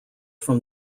from